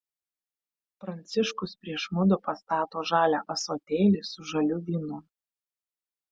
pranciškus prieš mudu pastato žalią ąsotėlį su žaliu vynu